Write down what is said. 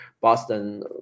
Boston